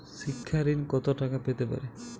শিক্ষা ঋণ কত টাকা পেতে পারি?